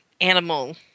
animal